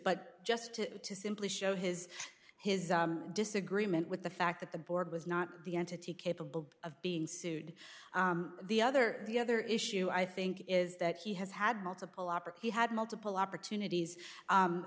but just to simply show his his disagreement with the fact that the board was not the entity capable of being sued the other the other issue i think is that he has had multiple opera had multiple opportunities